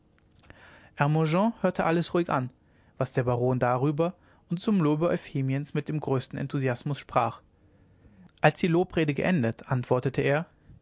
hörte alles ruhig an was der baron darüber und zum lobe euphemiens mit dem größten enthusiasmus sprach als die lobrede geendet antwortete er